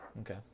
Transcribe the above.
Okay